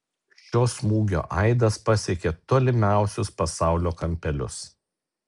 šio smūgio aidas pasiekė tolimiausius pasaulio kampelius